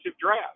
draft